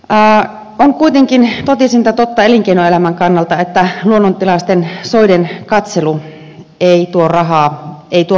on kuitenkin totisinta totta elinkeinoelämän kannalta että luonnontilaisten soiden katselu ei tuo rahaa ei tuo massaturismia